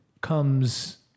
comes